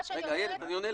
מה שאני אומרת,